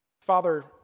Father